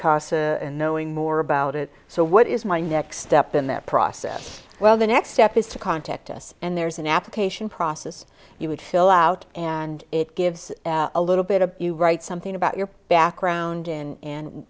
in knowing more about it so what is my next step in that process well the next step is to contact us and there's an application process you would fill out and it gives a little bit of you write something about your background in and